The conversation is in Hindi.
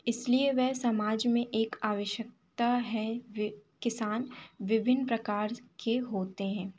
इसलिए वह समाज में एक आवश्कता है वे किसान विभिन्न प्रकार के होते हैं